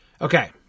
okay